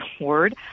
word